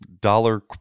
dollar